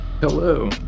Hello